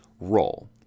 role